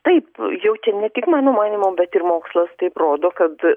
taip jau čia ne tik mano manymu bet ir mokslas taip rodo kad